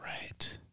Right